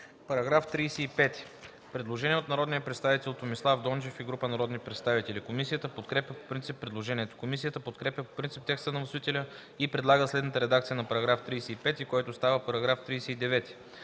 По § 35 има предложение от народния представител Томислав Дончев и група народни представители. Комисията подкрепя по принцип предложението. Комисията подкрепя по принцип текста на вносителя и предлага следната редакция на § 35, който става § 39: „§ 39.